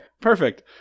perfect